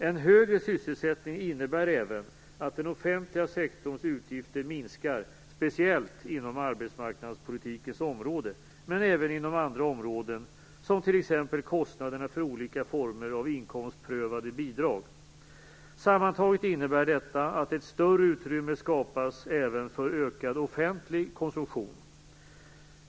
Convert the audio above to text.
En högre sysselsättning innebär även att den offentliga sektorns utgifter minskar - speciellt inom arbetsmarknadspolitikens område, men även inom andra områden som t.ex. kostnaderna för olika former av inkomstprövade bidrag. Sammantaget innebär detta att ett större utrymme skapas även för ökad offentlig konsumtion.